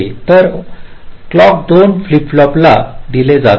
तर क्लॉक दोन्ही फ्लिप फ्लॉपला दिले जात आहे